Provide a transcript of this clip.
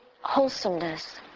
wholesomeness